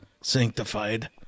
sanctified